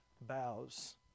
bows